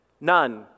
none